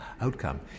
outcome